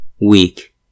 weak